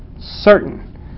certain